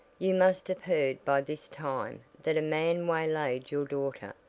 you must have heard by this time that a man waylaid your daughter,